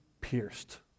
pierced